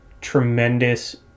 tremendous